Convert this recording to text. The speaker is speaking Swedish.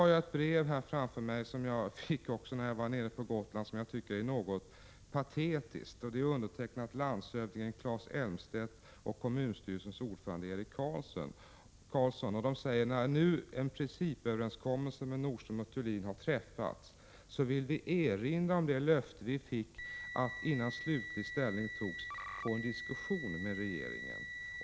Jag har här ett brev som är något patetiskt. Det är undertecknat av landshövding Claes Elmstedt och kommunstyrelsens ordförande Eric Carlsson, vilka skriver till kommunikationsministern: När nu en principöverenskommelse med Nordström & Thulin har träffats vill vi erinra om det löfte vi fick att innan slutlig ställning togs få en diskussion med regeringen.